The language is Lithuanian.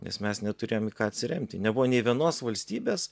nes mes neturėjom į ką atsiremti nebuvo nė vienos valstybės